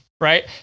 right